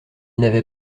n’avait